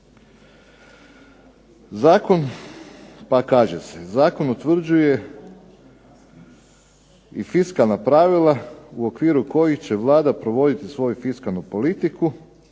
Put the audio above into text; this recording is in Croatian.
Zakon, pa kaže se: "Zakon utvrđuje i fiskalna pravila u okviru kojih će Vlada provoditi svoju fiskalnu politiku,